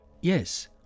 Yes